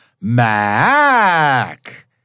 Mac